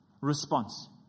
response